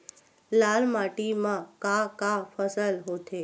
लाल माटी म का का फसल होथे?